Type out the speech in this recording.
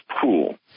pool